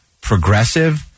progressive